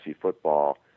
football